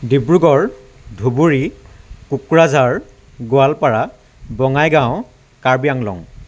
Dibrugarh Dhubri Kokrajhar Goalpara Bongaigaon Karbi Anglong